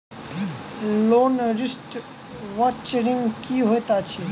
Loan restructuring की होइत अछि?